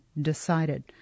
decided